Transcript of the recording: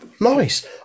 Nice